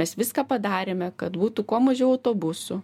mes viską padarėme kad būtų kuo mažiau autobusų